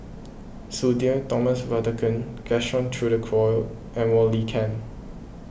Sudhir Thomas Vadaketh Gaston Dutronquoy and Wong Lin Ken